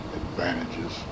advantages